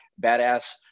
badass